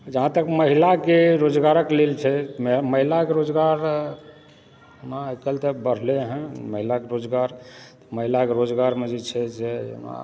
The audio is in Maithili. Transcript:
जहाँ तक महिलाके रोजगारक लेल छै महिलाके रोजगारमे आइ काल्हि तऽ बढ़लै हँ महिलाके रोजगार महिलाके रोजगारमे जे छै से